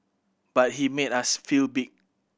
but he made us feel big